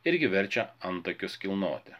irgi verčia antakius kilnoti